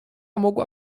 mogła